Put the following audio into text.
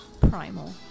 Primal